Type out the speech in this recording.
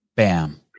Bam